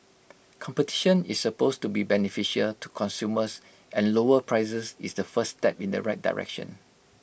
competition is supposed to be beneficial to consumers and lower prices is the first step in the right direction